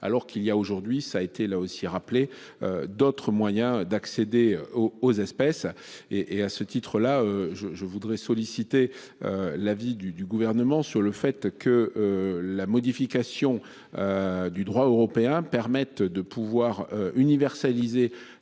alors qu'il y a aujourd'hui, ça a été là aussi rappelé d'autres moyens d'accéder aux espèces et et à ce titre-là je je voudrais solliciter. L'avis du gouvernement sur le fait que la modification. Du droit européen permette de pouvoir universaliser